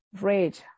Rage